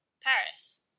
paris